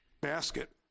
basket